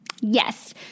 Yes